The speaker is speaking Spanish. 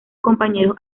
compañeros